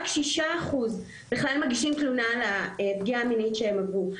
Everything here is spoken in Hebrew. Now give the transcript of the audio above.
רק 6% בכלל מגישים תלונה על פגיעה מינית שהם עברו.